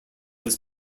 was